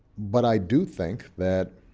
but i do think that